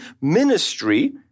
ministry